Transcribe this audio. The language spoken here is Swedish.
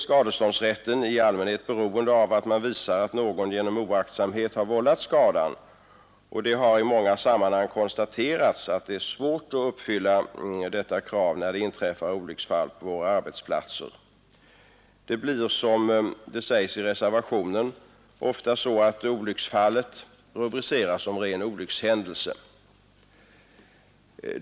Skadeståndsrätten är i allmänhet beroende av att man kan bevisa att någon genom oaktsamhet har vållat skadan, och det har i många sammanhang konstaterats att det är svårt att uppfylla detta krav, när det inträffar olycksfall på arbetsplatser. Det blir, som det sägs i reservationen, ofta så att olycksfallet rubriceras som ren olyckshändelse.